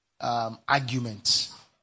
arguments